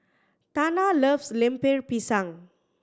Tana loves Lemper Pisang